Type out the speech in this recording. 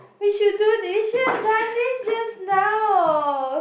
we should do thi~ you should have done this just now